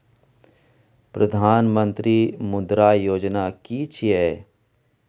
प्रधानमंत्री मुद्रा योजना कि छिए?